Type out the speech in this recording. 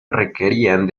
requerían